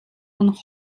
und